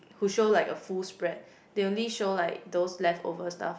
who show like a full spread they only show like those leftover stuff